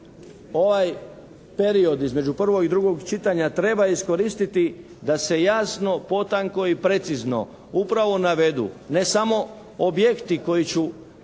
ovaj period između prvog i drugog čitanja treba iskoristiti da se jasno, potanko i precizno upravo navedu ne samo objekti koji su